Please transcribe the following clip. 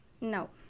No